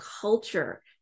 culture